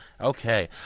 Okay